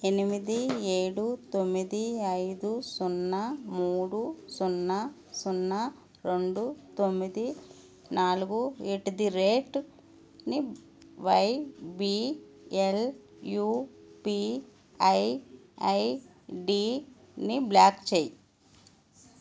ఎనిమిది ఏడు తొమ్మిది ఐదు సున్నా మూడు సున్నా సున్నా రెండు తొమ్మిది నాలుగు ఎట్ ది రేట్ని వైబిఎల్ యూపీఐ ఐడీని బ్లాక్ చేయి